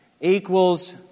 equals